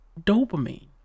dopamine